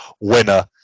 winner